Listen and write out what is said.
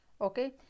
okay